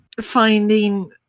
finding